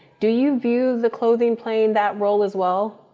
do you view the clothing playing that role as well?